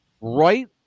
right